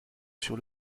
sur